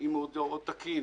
אם הוא עוד תקין.